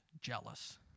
jealous